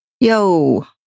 Yo